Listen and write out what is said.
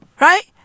Right